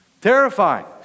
Terrifying